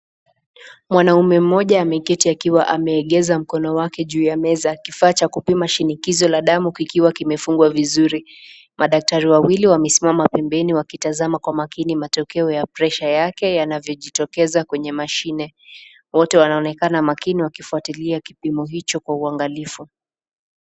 Mwanaume mmoja ameketi akiwa ameegesha mkono wake juu ya meza. Kifaa cha kupima shinikizo la damu kikiwa kimefungwa vizuri, madaktari wawili wamesimama pembeni wakitazama kwa makini matokeo ya pressure yake yanavyo jitokeza kwenye mashine. Wote wanaonekana makini wakifuatilia kipomo hicho kwa uwanagalifu.